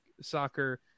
soccer